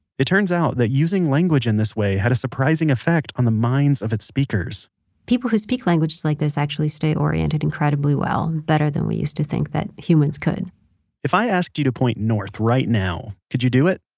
it turns out that using language in this way had a surprising effect on the minds of it's speakers people who speak languages like this actually stay oriented incredibly well, better than we used to think that humans could if i asked you to point to north right now, could you do it?